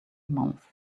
months